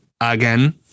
again